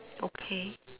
okay